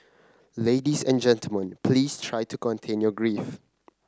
ladies and gentlemen please try to contain your grief